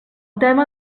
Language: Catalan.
tema